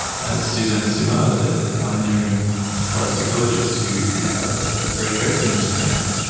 as suzanne simard, the pioneering forest ecologist who who helped ah break open this ground,